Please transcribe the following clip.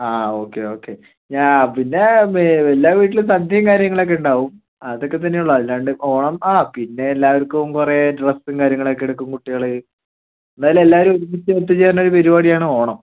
ആ okay okay ഞാൻ പിന്നെ എല്ലാ വീട്ടിലും സദ്യയും കാര്യങ്ങളും ഒക്കെ ഉണ്ടാവും അതൊക്കെ തന്നെയുള്ളൂ അതല്ലാണ്ട് ഓണം ആ പിന്നെ എല്ലാവർക്കും കുറേ ഡ്രസ്സും കാര്യങ്ങളും ഒക്കെ എടുക്കും കുട്ടികൾ എന്നാലും എല്ലാവരും ഒരുമിച്ച് ഒത്തുചേരുന്ന ഒരു പരിപാടിയാണ് ഓണം